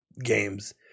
games